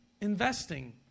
investing